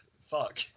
Fuck